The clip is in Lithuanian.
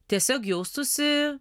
tiesiog jaustųsi